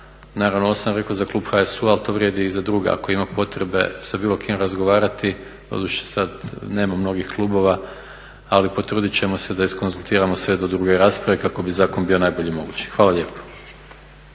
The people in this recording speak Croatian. naravno ovo sam rekao za klub HSU-a ali to vrijedi i za druge ako ima potrebe sa bilo kim razgovarati, doduše sad nema mnogih klubova ali potrudit ćemo se da izkonzultiramo sve do druge rasprave kako bi zakon bio najbolji mogući. Hvala lijepo.